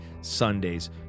Sundays